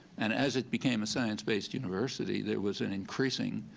and as it became a science based university, there was an increasing